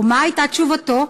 ומה הייתה תשובתו?